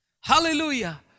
Hallelujah